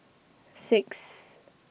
six